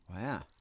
Wow